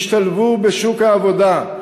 השתלבו בשוק העבודה,